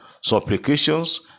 supplications